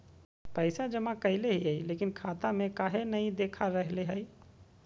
पैसा जमा कैले हिअई, लेकिन खाता में काहे नई देखा रहले हई?